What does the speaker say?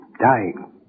dying